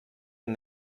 and